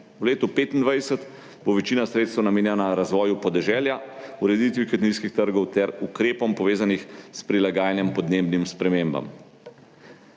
V letu 2025 bo večina sredstev namenjena razvoju podeželja, ureditvi kmetijskih trgov ter ukrepom, povezanim s prilagajanjem podnebnim spremembam.